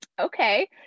okay